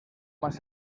más